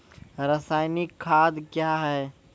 रसायनिक खाद कया हैं?